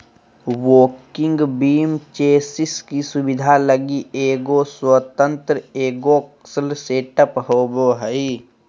walking beam chassis की सुबिधा लगी एगो स्वतन्त्र एगोक्स्ल सेटअप होबो हइ